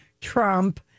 Trump